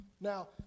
Now